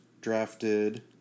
drafted